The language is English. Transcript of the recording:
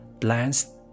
plans